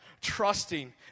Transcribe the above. trusting